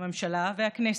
הממשלה והכנסת,